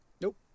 Nope